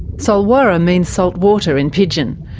solwara means saltwater in pidgin.